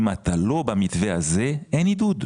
אם אתה לא במתווה הזה, אין עידוד.